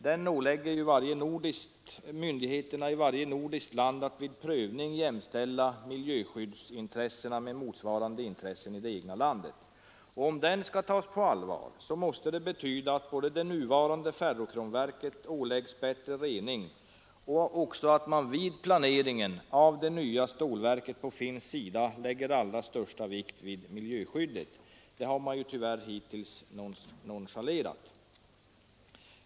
Den ålägger myndigheterna i varje nordiskt land att vid prövning jämställa miljöskyddsintressena i de övriga länderna med motsvarande intressen i det egna landet. Om den skall tas på allvar måste det betyda både att det befintliga ferrokromverket åläggs bättre rening och att man vid planeringen av det nya stålverket på finsk sida lägger allra största vikt vid miljöskyddet, som tyvärr har nonchalerats hittills.